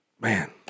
man